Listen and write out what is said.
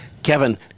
Kevin